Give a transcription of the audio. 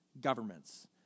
governments